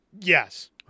Yes